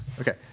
Okay